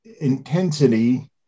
intensity